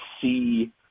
see –